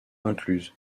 incluses